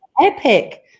epic